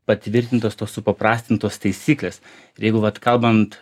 patvirtintos supaprastintos taisyklės ir jeigu vat kalbant